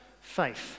faith